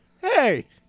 Hey